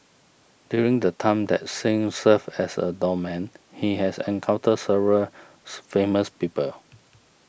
during the time that Singh served as a doorman he has encountered several famous people